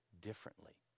differently